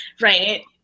Right